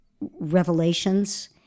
revelations